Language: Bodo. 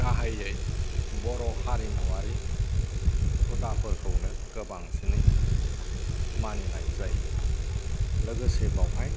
गाहायै बर' हारिमुवारि हुदाफोरखौनो गोबांसिनै मानिनाय जायो लोगोसे बेवहाय